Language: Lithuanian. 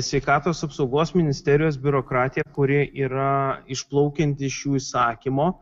sveikatos apsaugos ministerijos biurokratija kuri yra išplaukianti iš jų įsakymo